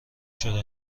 شده